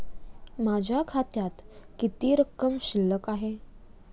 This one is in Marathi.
माझ्या खात्यात किती रक्कम शिल्लक आहे?